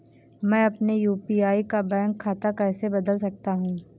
मैं अपने यू.पी.आई का बैंक खाता कैसे बदल सकता हूँ?